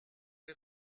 les